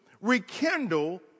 rekindle